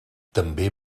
també